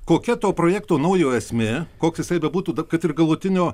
kokia to projekto naujo esmė koks jisai bebūtų kad ir galutinio